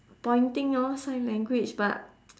pointing orh sign language but